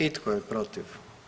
I tko je protiv?